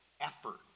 effort